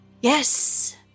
Yes